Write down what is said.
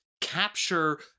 capture